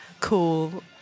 cool